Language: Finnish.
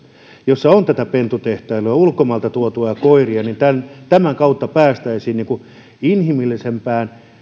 jossa on pentutehtailua ja ulkomailta tuotuja koiria niin että tämän kautta päästäisiin myös inhimillisempään